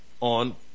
on